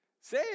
Say